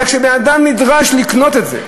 אלא כשבן-אדם נדרש לקנות את זה.